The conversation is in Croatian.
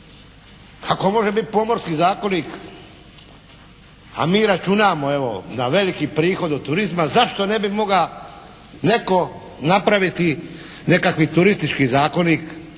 Ako može biti Pomorski zakonik a mi računamo evo, na veliki prihod od turizma, zašto ne bi moga netko napraviti nekakvi turistički zakonik,